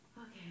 Okay